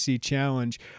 challenge